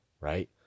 right